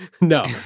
No